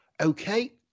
Okay